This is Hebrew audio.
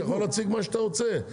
אתה יכול להציג מה שאתה רוצה.